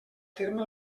terme